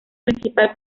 principal